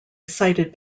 cited